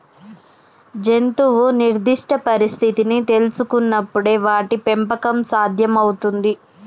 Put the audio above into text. జంతువు నిర్దిష్ట పరిస్థితిని తెల్సుకునపుడే వాటి పెంపకం సాధ్యం అవుతుంది